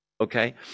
okay